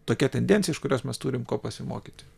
tokia tendencija iš kurios mes turim ko pasimokyti